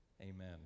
Amen